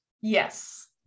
Yes